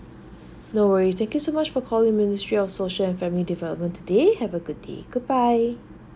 no worries thank you so much for calling ministry of social and family development today have a good day goodbye